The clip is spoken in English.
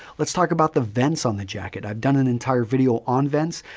let's talk about the vents on the jacket. i've done an entire video on vents,